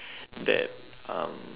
that um